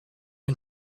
and